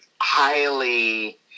highly